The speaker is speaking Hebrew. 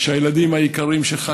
שהילדים היקרים שלך,